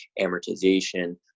amortization